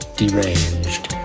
deranged